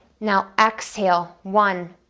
now exhale, one,